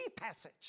passage